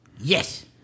yes